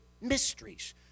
mysteries